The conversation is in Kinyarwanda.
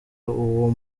uwo